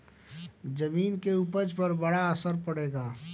जमीन के उपज पर बड़ा असर पड़ेला